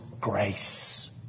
grace